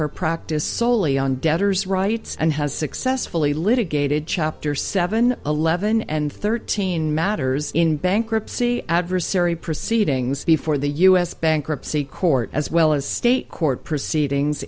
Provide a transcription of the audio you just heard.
her practice soley on debtors rights and has successfully litigated chapter seven eleven and thirteen matters in bankruptcy adversary proceedings before the u s bankruptcy court as well as state court proceedings